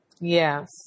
Yes